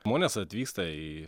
žmonės atvyksta į